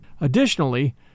Additionally